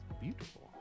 beautiful